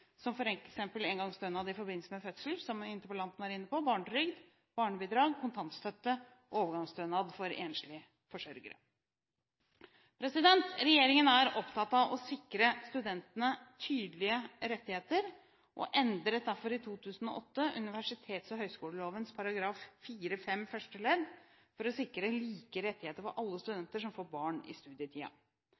engangsstønad i forbindelse med fødsel – som interpellanten var inne på – og barnetrygd, barnebidrag, kontantstøtte og overgangsstønad for enslige forsørgere. Regjeringen er opptatt av å sikre studentene tydelige rettigheter og endret derfor i 2008 universitets- og høyskoleloven § 4–5 første ledd for å sikre like rettigheter for alle studenter som får barn i